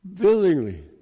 willingly